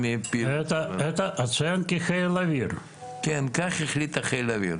דולר, כך החליט חיל האוויר.